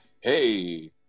hey